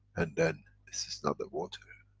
and then, this is not the water,